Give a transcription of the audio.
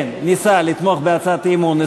כן, ניסה לתמוך בהצעת האי-אמון.